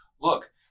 Look